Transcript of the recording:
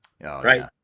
right